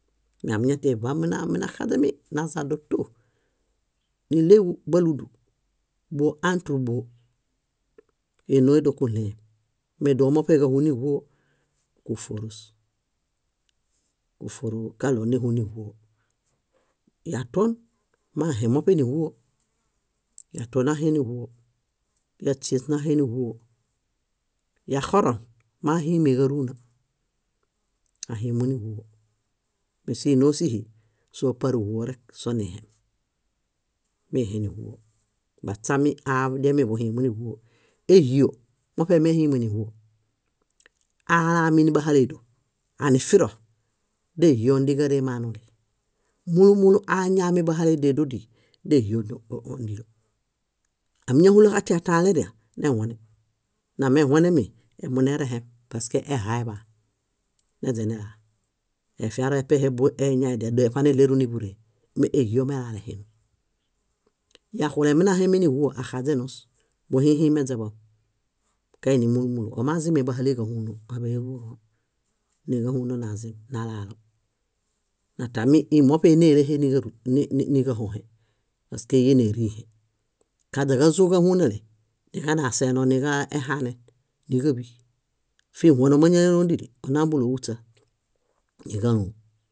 Ñamiñatian niḃamina minaxaźemi nazodo tú. Níɭeġu báludu, bóo ãtr bóo, énoohem dókuɭũhem medomoṗe káhuniĥuo kúfuorus, múfuorukaɭo néhuniĥuo. Yatuon mehemuṗe níĥuo, yatuon náheniĥuo, yáśies náheniĥuo. Yaxoro mahimeġáruna; áhimuniĥuo. Mésinoosihi sóo parĥuorek sonihem, míheniĥuo. Baśami aḃuɭiemi buhimu níĥuo. Éhio, moṗe mehime níĥuo. Alaamibahale édoṗ, anifiro, déhio óndiġaremanuli, múlu múlu aañamibahale dédodii, déhio óndo bo- bo- bóremo. Áminahuloġatia tãaleriã, nehuone, namehuonemi emunerehem paske ehaeḃaan, neźanelaa, efiaru epehe bón eñadia dóeṗaneɭeru níḃuree méehio melalehinum. Yaxule minahemi níĥuo axaźenus, buhihimeźeḃom, kaini múlu múlu, omazimebahaleġahuuno, áḃeruḃuruõ, níġahuuno nazim nalaalo. Natami íi moṗe íneleheniġaruy ni- ni- níġahũhe pask yénerĩhe. Káźaġazoġahunale, niġanaseeno niġahanen, níġaḃi. Fihuono móñalelõdili, onambuɭo óhuśa, níġalom.